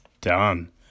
done